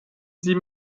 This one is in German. sie